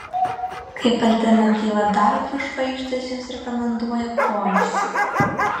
kaip alternatyvą darbui žvaigždės jums rekomenduoja poilsį